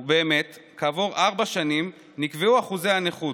ובאמת, כעבור ארבע שנים נקבעו אחוזי הנכות.